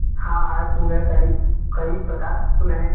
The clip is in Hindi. हाँ है फूल है कई कई प्रकार के फूल हैं